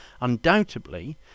Undoubtedly